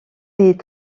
est